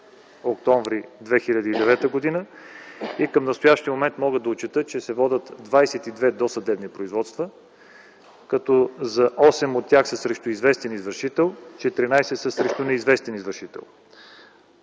август-октомври 2009 г. Към настоящия момент мога да отчета, че се водят 22 досъдебни производства, като 8 от тях са срещу известен извършител, 14 са срещу неизвестен извършител.